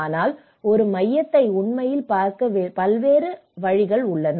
ஆனால் ஒரு மையத்தை உண்மையில் பார்க்க பல்வேறு வழிகள் உள்ளன